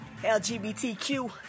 LGBTQ